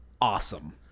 awesome